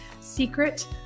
secret